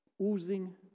oozing